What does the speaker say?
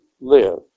live